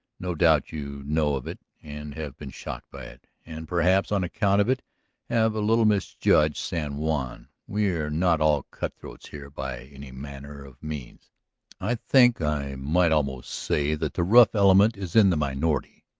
no doubt you know of it and have been shocked by it, and perhaps on account of it have a little misjudged san juan. we are not all cutthroats here, by any manner of means i think i might almost say that the rough element is in the minority.